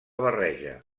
barreja